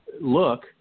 look